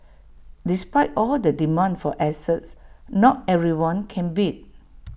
despite all the demand for assets not everyone can bid